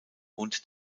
und